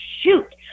shoot